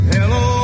Hello